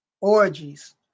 Orgies